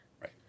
Right